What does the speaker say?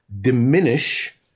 diminish